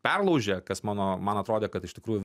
perlaužė kas mano man atrodė kad iš tikrųjų